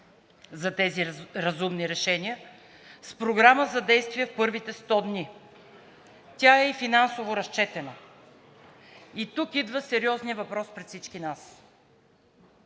за тези разумни решения с програма за действие в първите 100 дни. Тя е и финансово разчетена. И тук идва сериозният въпрос пред всички нас: